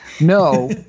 No